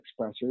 expressors